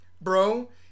Bro